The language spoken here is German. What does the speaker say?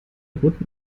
roten